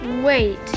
Wait